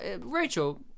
Rachel